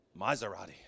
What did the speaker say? Maserati